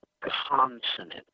consonant